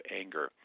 anger